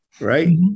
Right